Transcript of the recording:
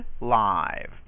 live